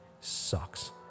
sucks